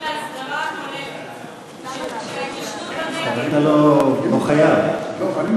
אבל לא ענית